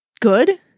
good